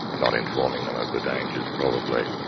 not informing them of the dangers, probably,